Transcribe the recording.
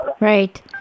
Right